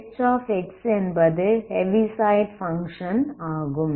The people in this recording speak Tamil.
Hஎன்பது ஹெவிசைட் பங்க்ஷன் ஆகும்